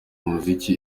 muziki